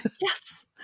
Yes